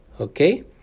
okay